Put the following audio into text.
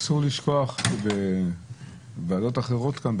אסור לשכוח שבוועדות אחרות כאן,